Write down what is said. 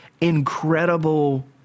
incredible